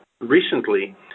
recently